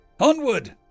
Onward